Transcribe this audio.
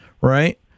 right